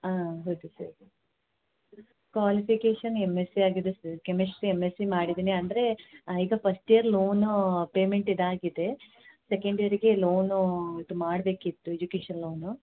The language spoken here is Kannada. ಹಾಂ ಹೌದು sir qualification M S C ಆಗಿದೆ sir chemistry M S C ಮಾಡಿದೀನಿ ಅಂದರೆ ಈಗ ಫಸ್ಟ್ ಇಯರ್ ಲೋನು ಪೇಮೆಂಟ್ ಇದಾಗಿದೆ ಸೆಕೆಂಡ್ ಇಯರಿಗೆ ಲೋನು ಇದು ಮಾಡಬೇಕಿತ್ತು ಎಜುಕೇಷನ್ ಲೋನು